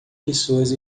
pessoas